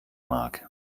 mag